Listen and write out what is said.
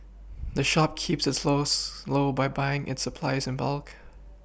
the shop keeps its lowest low by buying its supplies in bulk